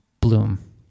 bloom